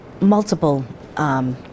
multiple